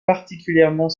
particulièrement